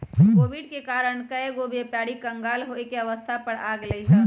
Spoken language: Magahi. कोविड के कारण कएगो व्यापारी क़ँगाल होये के अवस्था पर आ गेल हइ